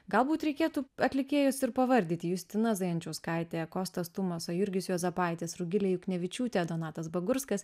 galbūt reikėtų atlikėjus ir pavardyti justina zajančiauskaitė kostas tumosa jurgis juozapaitis rugilė juknevičiūtė donatas bagurskas